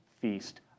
feast